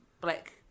black